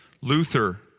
Luther